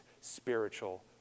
spiritual